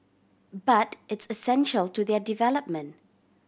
but it's essential to their development